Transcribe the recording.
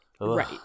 Right